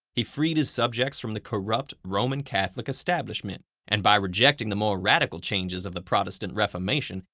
he freed his subjects from the corrupt roman catholic establishment. and by rejecting the more radical changes of the protestant reformation,